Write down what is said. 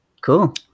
Cool